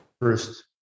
first